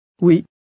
Oui